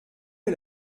est